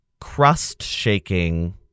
crust-shaking